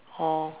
oh